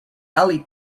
ali